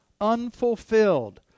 unfulfilled